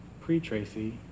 Pre-Tracy